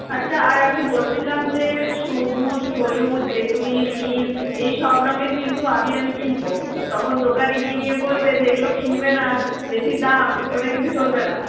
আচ্ছা আর আমি বলছিলাম যে সবুজ হলুদ বেগুনি নীল এই সব রঙের কিন্তু আবির আমি কিনব তখন দোকানে গিয়ে নিয়ে বলবে যে এগুলো কিনবে না বেশি দাম ওটা কিন্তু চলবে না